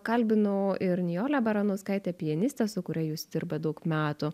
kalbinau ir nijolę baranauskaitę pianistę su kuria jūs dirbat daug metų